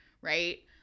right